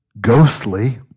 ghostly